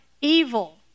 evil